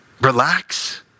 relax